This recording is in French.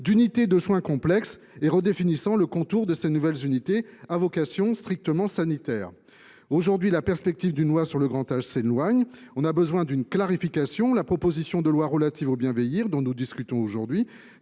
d’unités de soins prolongés complexes, en redéfinissant le contour de ces nouvelles unités à vocation strictement sanitaire. Aujourd’hui, la perspective d’une loi sur le grand âge s’éloigne. Alors qu’une clarification est nécessaire, la proposition de loi relative au bien vieillir dont nous discutons aujourd’hui